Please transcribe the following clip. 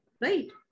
right